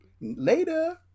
Later